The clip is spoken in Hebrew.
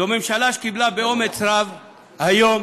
זו ממשלה שקיבלה באומץ רב היום